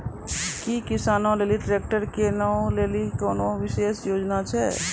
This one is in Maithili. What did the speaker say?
कि किसानो लेली ट्रैक्टर किनै लेली कोनो विशेष योजना छै?